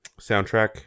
Soundtrack